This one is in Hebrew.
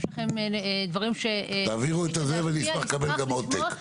אם יש לכם דברים להגיד --- תעבירו את זה ואני אשמח לקבל גם עותק.